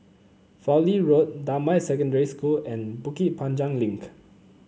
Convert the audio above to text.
Fowlie Road Damai Secondary School and Bukit Panjang Link